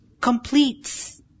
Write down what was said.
completes